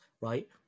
right